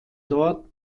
dort